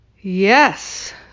Yes